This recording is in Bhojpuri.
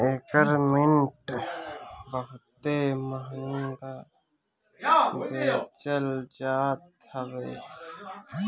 एकर मिट बहुते महंग बेचल जात हवे